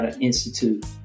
institute